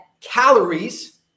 Calories